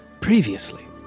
previously